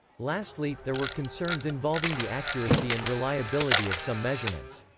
lastly, there were concerns involving the accuracy and reliability of some measurements.